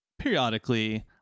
periodically